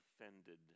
offended